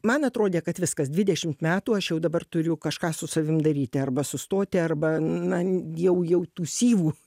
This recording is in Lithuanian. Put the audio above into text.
man atrodė kad viskas dvidešimt metų aš jau dabar turiu kažką su savim daryti arba sustoti arba na n jau jau tų syvų